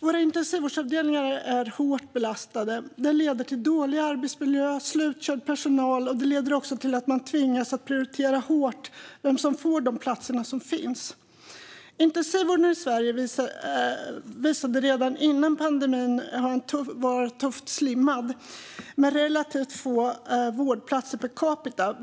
Våra intensivvårdsavdelningar är hårt belastade. Det leder till en dålig arbetsmiljö och slutkörd personal. Det leder också till att man tvingas att prioritera hårt vilka som får de platser som finns. Intensivvården i Sverige var redan före pandemin tufft slimmad med relativt få vårdplatser per capita.